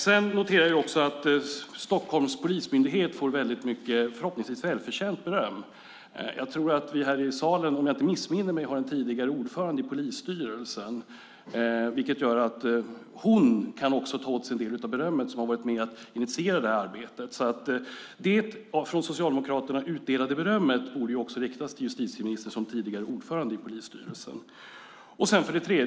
Jag noterar att Stockholms polismyndighet får mycket, förhoppningsvis välförtjänt, beröm. Jag tror att vi här i salen har en tidigare ordförande i polisstyrelsen - om jag inte missminner mig. Det gör att hon, som har varit med och initierat det här arbetet, också kan ta åt sig en del av berömmet. Det av Socialdemokraterna utdelade berömmet borde också riktas till justitieministern som tidigare ordförande i polisstyrelsen.